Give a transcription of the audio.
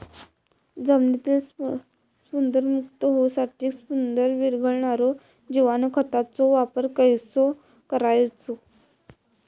जमिनीतील स्फुदरमुक्त होऊसाठीक स्फुदर वीरघळनारो जिवाणू खताचो वापर कसो करायचो?